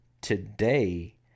Today